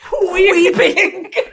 Weeping